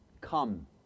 come